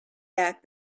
back